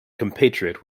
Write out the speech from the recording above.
compatriot